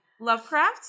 Lovecraft